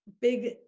big